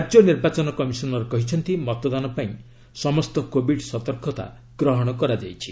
ରାଜ୍ୟ ନିର୍ବାଚନ କମିଶନର କହିଛନ୍ତି ମତଦାନ ପାଇଁ ସମସ୍ତ କୋବିଡ୍ ସତର୍କତା ଗ୍ରହଣ କରାଯାଇଛି